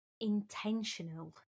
intentional